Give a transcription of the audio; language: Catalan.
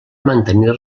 mantenir